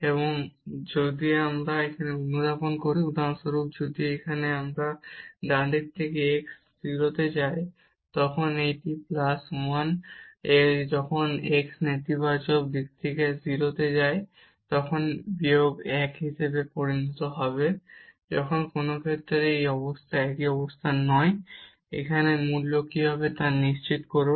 এবং এখন যদি আমরা এখানে অনুধাবন করি উদাহরণস্বরূপ এটি যখন আমরা ডান দিক থেকে x থেকে 0 এ যাই তখন এটি প্লাস 1 যখন x নেতিবাচক দিক থেকে 0 এ যায় তখন এটি বিয়োগ 1 হিসাবে পরিণত হবে এবং যে কোনও ক্ষেত্রেই এটি একই অবস্থা নয় এখানে মূল্য কি হবে তা নিশ্চিত করুন